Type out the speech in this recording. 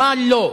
מה לא?